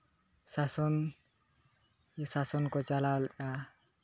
ᱥᱟᱥᱚᱱ ᱥᱟᱥᱚᱱ ᱠᱚ ᱪᱟᱞᱟᱣ ᱞᱮᱫᱼᱟ